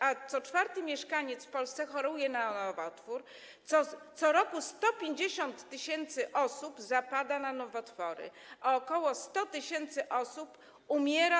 A co czwarty mieszkaniec w Polsce choruje na nowotwór, co roku 150 tys. osób zapada na nowotwory, a ok. 100 tys. osób umiera.